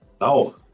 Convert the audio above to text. No